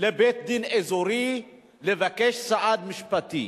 לבית-דין אזורי, לבקש סעד משפטי.